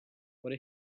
what